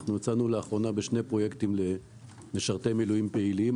אנחנו יצאנו לאחרונה בשני פרויקטים למשרתי מילואים פעילים.